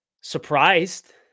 surprised